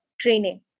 training